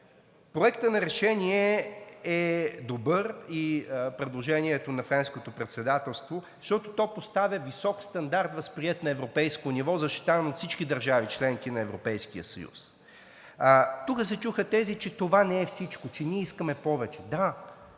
Проектът на решение е добър и предложението на Френското председателство, защото то поставя висок стандарт, възприет на европейско ниво, защитаван от всички държави – членки на Европейския съюз. Тук се чуха тези, че това не е всичко, че ние искаме повече. Да,